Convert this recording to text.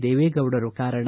ದೇವೇಗೌಡರು ಕಾರಣ